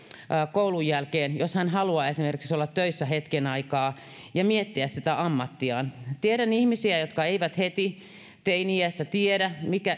koulun jälkeen jos hän haluaa esimerkiksi olla töissä hetken aikaa ja miettiä sitä ammattiaan tiedän ihmisiä jotka eivät heti teini iässä tiedä